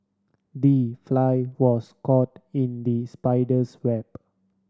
the fly was caught in the spider's web